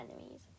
enemies